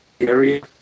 area